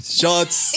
shots